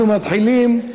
אנחנו מתחילים.